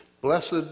Blessed